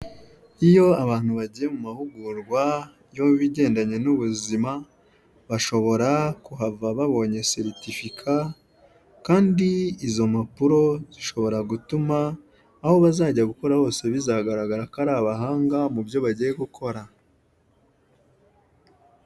Iyo abantu bagiye mu mahugurwa yo mubigendanye n'ubuzima bashobora kuhava babonye seritifika kandi izo mpapuro zishobora gutuma aho bazajya gukora hose bizagaragara ko ari abahanga mu byo bagiye gukora.